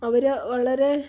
അവർ വളരെ